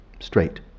straight